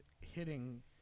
hitting